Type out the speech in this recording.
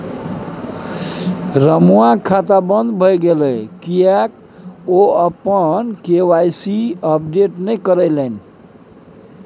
रमुआक खाता बन्द भए गेलै किएक ओ अपन के.वाई.सी अपडेट नहि करेलनि?